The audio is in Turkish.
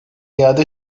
iade